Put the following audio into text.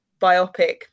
biopic